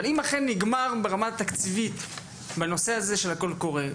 אבל אם אכן נגמר ברמה התקציבית בנושא הזה של הקול קורא,